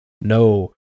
no